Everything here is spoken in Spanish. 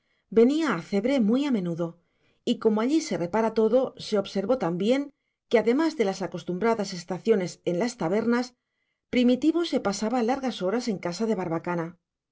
venía a cebre muy a menudo y como allí se repara todo se observó también que además de las acostumbradas estaciones en las tabernas primitivo se pasaba largas horas en casa de barbacana